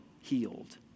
healed